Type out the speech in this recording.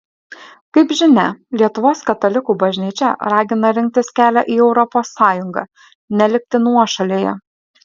kaip žinia lietuvos katalikų bažnyčia ragina rinktis kelią į europos sąjungą nelikti nuošalėje